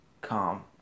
calm